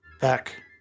back